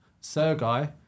Sergei